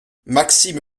maxime